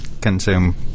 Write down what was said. consume